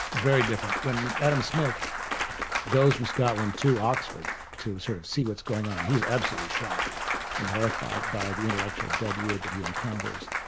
very different. when adam smith goes from scotland to oxford to sort of see what's going on, he's absolutely shocked and horrified by the intellectual deadwood that he encounters.